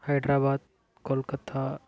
Hyderabad Kolkata